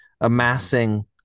amassing